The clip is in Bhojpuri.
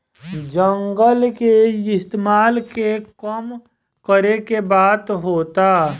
जंगल के इस्तेमाल के कम करे के बात होता